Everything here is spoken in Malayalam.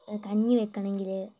കഞ്ഞി വെക്കണമെങ്കിൽ